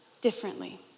differently